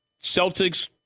Celtics